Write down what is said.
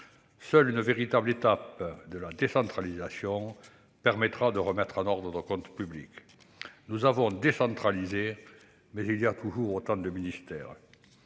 seule une véritable nouvelle étape de la décentralisation permettra de remettre en ordre nos comptes publics. Si nous avons décentralisé, il y a toujours autant de ministères